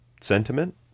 sentiment